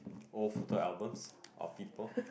old photos albums of people